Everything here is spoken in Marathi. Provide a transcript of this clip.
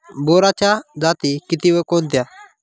बोराच्या जाती किती व कोणत्या?